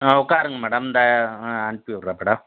ஆ உட்காருங்க மேடம் இந்த ஆ அனுப்பி விட்றேன் மேடம்